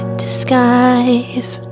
disguise